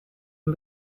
een